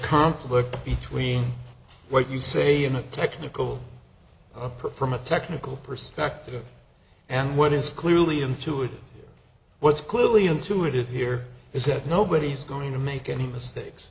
conflict between what you say in a technical approach from a technical perspective and what is clearly into it what's clearly intuitive here is that nobody's going to make any mistakes